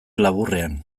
laburrean